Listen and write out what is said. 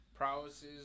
prowesses